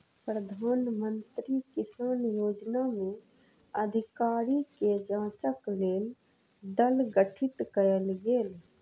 प्रधान मंत्री किसान योजना में अधिकारी के जांचक लेल दल गठित कयल गेल